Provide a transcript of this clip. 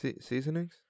Seasonings